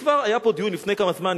וכבר היה פה דיון לפני כמה זמן,